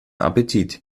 appetit